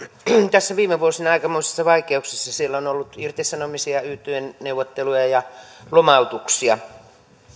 tässä viime vuosina aikamoisissa vaikeuksissa siellä on ollut irtisanomisia yt neuvotteluja ja lomautuksia